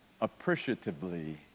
appreciatively